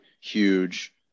huge